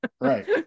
Right